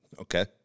Okay